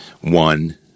one